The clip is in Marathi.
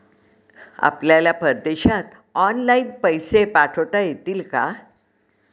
आपल्याला परदेशात ऑनलाइन पैसे पाठवता येतील का?